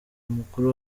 umukuru